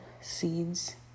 seeds